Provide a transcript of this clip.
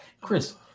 Chris